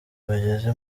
bageze